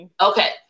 Okay